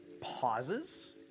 pauses